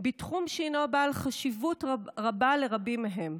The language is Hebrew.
בתחום שהינו בעל חשיבות רבה לרבים מהם,